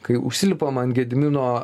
kai užsilipam ant gedimino